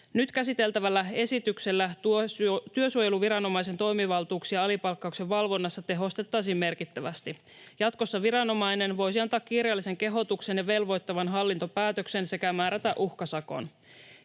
Nyt käsiteltävällä esityksellä työsuojeluviranomaisen toimivaltuuksia alipalkkauksen valvonnassa tehostettaisiin merkittävästi. Jatkossa viranomainen voisi antaa kirjallisen kehotuksen ja velvoittavan hallintopäätöksen sekä määrätä uhkasakon.